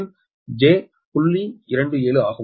27 ஆகும்